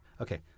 Okay